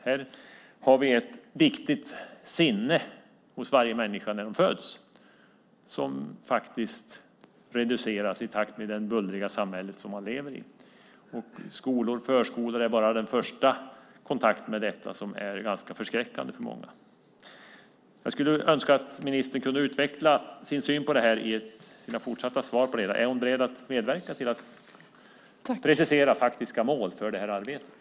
Här har vi ett viktigt sinne som finns hos varje människa när hon föds och som reduceras i takt med det bullriga samhälle som hon lever i. Skolor och förskolor innebär en första kontakt med bullriga miljöer som är ganska förskräckande för många. Jag skulle önska att ministern kunde utveckla sin syn. Är hon beredd att medverka till att precisera faktiska mål för det här arbetet?